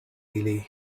ili